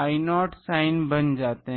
I0 sine बन जाते हैं